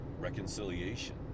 reconciliation